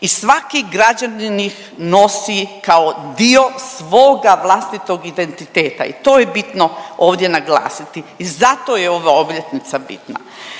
I svaki građanin ih nosi kao dio svoga vlastitog identiteta i to je bitno ovdje naglasiti i zato je ova obljetnica bitna.